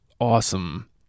awesome